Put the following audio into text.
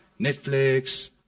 Netflix